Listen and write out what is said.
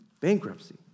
bankruptcy